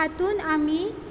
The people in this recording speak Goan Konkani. हातूंत आमी